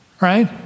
Right